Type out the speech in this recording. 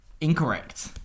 Incorrect